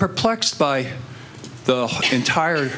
perplexed by the entire